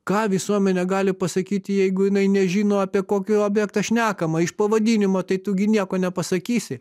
ką visuomenė gali pasakyti jeigu jinai nežino apie kokį objektą šnekama iš pavadinimo tai tu gi nieko nepasakysi